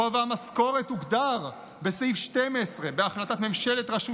גובה המשכורת הוגדר בסעיף 12 בהחלטת ממשלת רשות